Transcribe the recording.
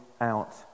out